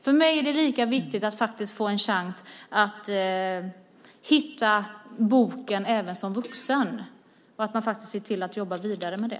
För mig är det lika viktigt att få en chans att hitta boken även som vuxen och att man ser till att jobba vidare med det.